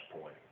Point